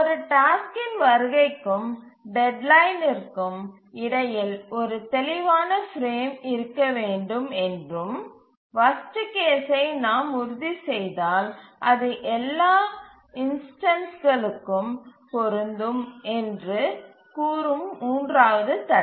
ஒரு டாஸ்க்கின் வருகைக்கும் டெட்லைனிற்கும் இடையில் ஒரு தெளிவான பிரேம் இருக்க வேண்டும் என்றும் வர்ஸ்ட் கேஸ்சை நாம் உறுதிசெய்தால் அது எல்லா இன்ஸ்டன்ஸ்களுக்கும் பொருந்தும் என்று கூறும் மூன்றாவது தடை